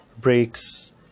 breaks